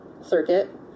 circuit